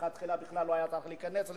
מלכתחילה בכלל לא היה צריך להיכנס לזה.